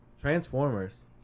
transformers